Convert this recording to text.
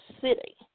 city